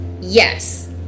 yes